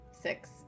six